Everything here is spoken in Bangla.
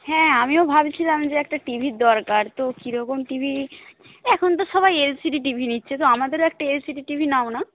হ্যাঁ আমিও ভাবছিলাম যে একটা টিভির দরকার তো কীরকম টিভি এখন তো সবাই এলসিডি টিভি নিচ্ছে তো আমাদেরও একটা এলসিডি টিভি নাও না